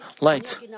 lights